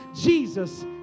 Jesus